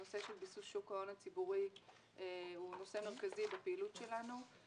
הנושא של ביסוס שוק ההון הציבורי הוא נושא מרכזי בפעילות שלנו.